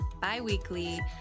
bi-weekly